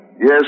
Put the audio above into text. Yes